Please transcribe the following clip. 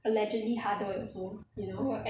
allegedly harder also you know